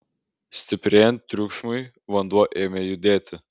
stiprėjant triukšmui vanduo ėmė judėti